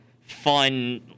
fun